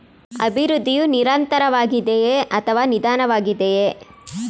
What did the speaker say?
ಅಭಿವೃದ್ಧಿಯು ನಿರಂತರವಾಗಿದೆಯೇ ಅಥವಾ ನಿಧಾನವಾಗಿದೆಯೇ?